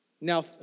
Now